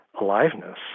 aliveness